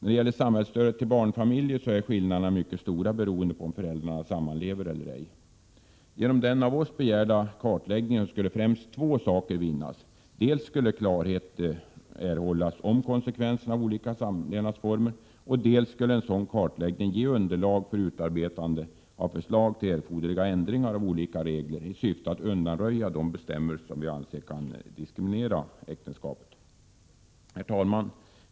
När det gäller samhällsstödet till barnfamiljer är skillnaderna mycket stora beroende av om föräldrarna sammanlever eller ej. Genom den av oss begärda kartläggningen skulle främst två saker vinnas: dels skulle klarhet erhållas om konsekvenserna av olika samlevnadsformer, dels skulle en sådan kartläggning ge underlag för utarbetande av förslag till erforderliga ändringar av olika regler, i syfte att undanröja bestämmelser som vi anser kan diskriminera äktenskapet. Herr talman!